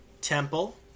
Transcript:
Temple